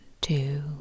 two